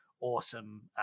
awesome